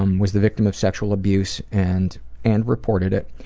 um was the victim of sexual abuse and and reported it.